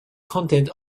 content